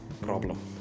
problem